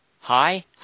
Hi